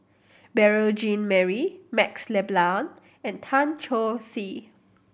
Beurel Jean Marie MaxLe Blond and Tan Choh Tee